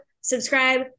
subscribe